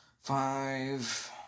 five